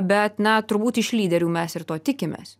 bet na turbūt iš lyderių mes ir to tikimės